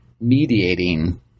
mediating